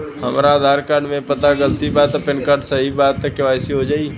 हमरा आधार कार्ड मे पता गलती बा त पैन कार्ड सही बा त के.वाइ.सी हो जायी?